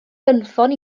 gynffon